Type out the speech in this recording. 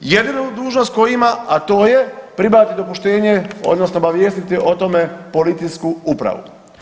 Jedinu dužnost koju ima, a to je pribaviti dopuštenje, odnosno obavijestiti o tome policijsku upravu.